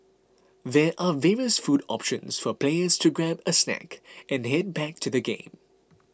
there are various food options for players to grab a snack and head back to the game